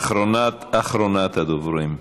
אחרונת הדוברים.